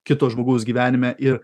kito žmogaus gyvenime ir